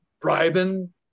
bribing